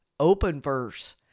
OpenVerse